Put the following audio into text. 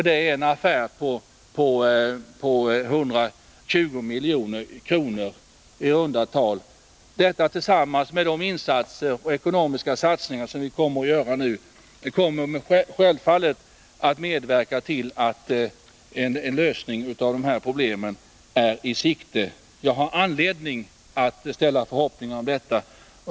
Det är en affär på i runt tal 120 milj.kr. Detta tillsammans med de ytterligare åtgärder och ekonomiska satsningar som vi nu kommer att göra medverkar självfallet till att en lösning av dessa problem är i sikte. Jag har anledning att hysa förhoppningar om detta.